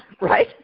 right